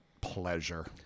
pleasure